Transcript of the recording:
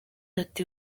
ati